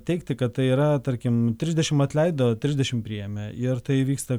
teigti kad tai yra tarkim trisdešim atleido trisdešim priėmė ir tai vyksta